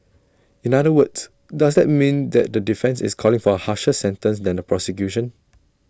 in other words does that mean that the defence is calling for A harsher sentence than the prosecution